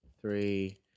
three